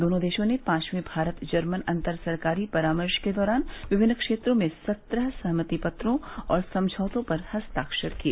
दोनों देशों ने पांचवें भारत जर्मन अंतर सरकारी परामर्श के दौरान विभिन्न क्षेत्रों में सत्रह सहमति पत्रों और समझौतों पर हस्ताक्षर किए